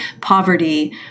poverty